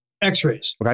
X-rays